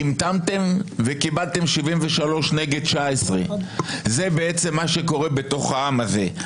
המתנתם, וקיבלתם 73 נגד 19. זה מה שקורה בעם הזה.